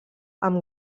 amb